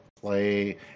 play